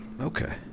okay